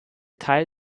teil